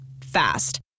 Fast